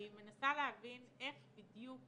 אני מנסה להבין איך ברגע